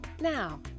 Now